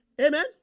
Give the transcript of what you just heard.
Amen